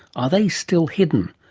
are they still hidden?